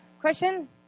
question